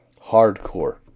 Hardcore